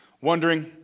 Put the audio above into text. wondering